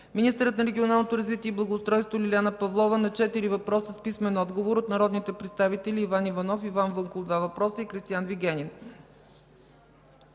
министърът на регионалното развитие и благоустройството Лиляна Павлова – на четири въпроса с писмен отговор от народните представители Иван Иванов, Иван Вълков – два въпроса, и Кристиан Вигенин;